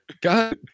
God